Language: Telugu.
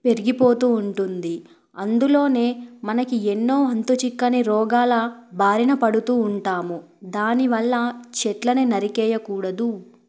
పెరిగిపోతూ ఉంటుంది అందులోనే మనకి ఎన్నో అంతు చిక్కని రోగాల బారిన పడుతూ ఉంటాము దానివల్ల చెట్లని నరికివేయ కూడదు